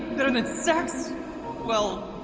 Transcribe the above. better than sex well.